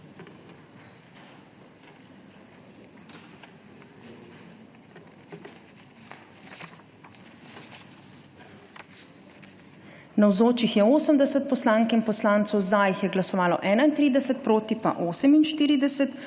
Navzočih je 80 poslank in poslancev, za je glasovalo 31, proti 48.